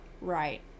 Right